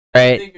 right